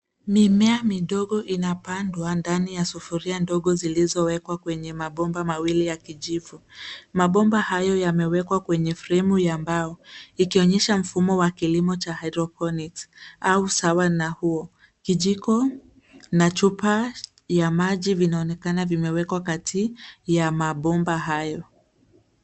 Mimea midogo inapandwa ndani ya sufuria ndogo zilizowekwa kwenye mabomba mawili ya kijivu. Mabomba hayo yamewekwa kwenye fremu ya mbao ikionyesha mfumo wa kilimo cha hydroponics au sawa na huo. Kijiko na chupa ya maji vinaonekana vimewekwa kati ya mabomba hayo.